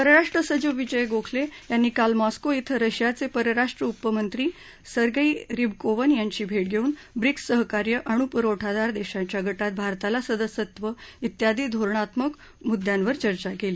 परराष्ट्र सचीव विजय गोखले यांनी काल मॉस्को क्रि रशियाचे परराष्ट्र उपमंत्री सर्गेई रिबकोवन यांची भेट घेऊन ब्रिक्स सहकार्य अणु पुरवठादार देशांच्या गटात भारताला सदस्यत्व ियादी धोरणात्मक मुद्यांवर चर्चा केली